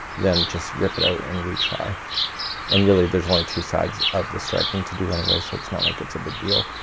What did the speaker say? then just rip it out and retry and really there's only two sides of the striping to do anyway so it's not like it's a big deal.